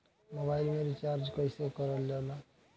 Mobile में recharge कइसे करल जाला?